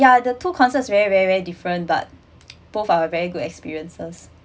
ya the two concerts is very very very different but both are a very good experiences